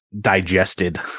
digested